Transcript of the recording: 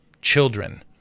Children